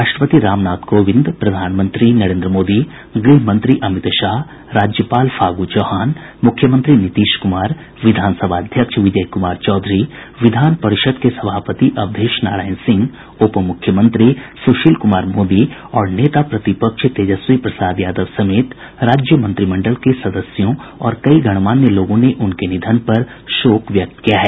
राष्ट्रपति रामनाथ कोविंद प्रधानमंत्री नरेन्द्र मोदी गृह मंत्री अमित शाह राज्यपाल फागू चौहान मुख्यमंत्री नीतीश कुमार विधानसभा अध्यक्ष विजय कुमार चौधरी विधान परिषद् के सभापति अवधेश नारायण सिंह उपमुख्यमंत्री सुशील कुमार मोदी और नेता प्रतिपक्ष तेजस्वी प्रसाद यादव समेत राज्य मंत्रिमंडल के सदस्यों और कई गणमान्य लोगों ने उनके निधन पर शोक व्यक्त किया है